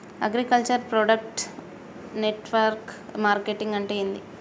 Agriculture product network marketing అంటే ఏంది?